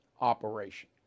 operation